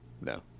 No